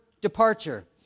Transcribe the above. departure